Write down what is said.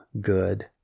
good